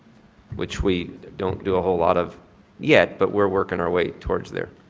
which we don't do a whole lot of yet but we're working our way towards there,